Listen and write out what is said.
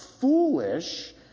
foolish